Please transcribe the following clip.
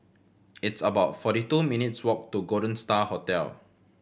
it's about forty two minutes' walk to Golden Star Hotel